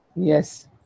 Yes